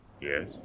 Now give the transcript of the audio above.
Yes